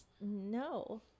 no